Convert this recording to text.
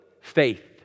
Faith